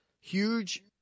huge